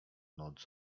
noc